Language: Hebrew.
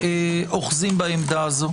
אוחזים בעמדה הזו.